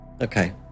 Okay